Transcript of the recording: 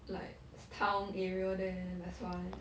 like town area there that's why